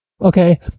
okay